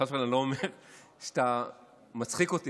אני חס וחלילה לא אומר שאתה מצחיק אותי,